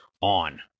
on